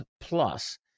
plus